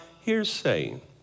hearsay